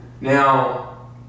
Now